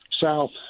south